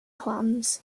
clans